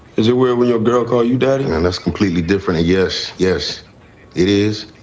is it where will your girl call you daddy. um it's completely different. yes. yes it is.